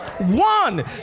One